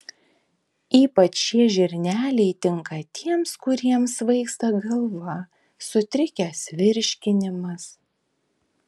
ypač šie žirneliai tinka tiems kuriems svaigsta galva sutrikęs virškinimas